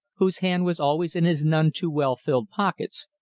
whose hand was always in his none too well-filled pockets,